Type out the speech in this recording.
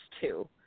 two